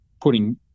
putting